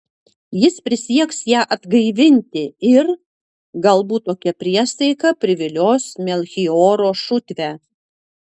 jis prisieks ją atgaivinti ir galbūt tokia priesaika privilios melchioro šutvę